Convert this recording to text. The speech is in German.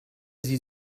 sie